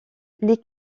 les